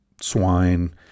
swine